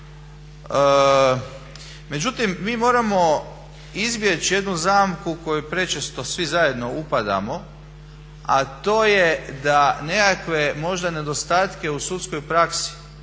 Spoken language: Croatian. Međutim, mi moramo izbjeći jednu zamku u koju prečesto svi zajedno upadamo, a to je da nekakve možda nedostatke u sudskoj praksi